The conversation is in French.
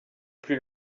plus